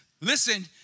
listen